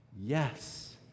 Yes